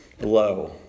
low